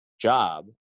job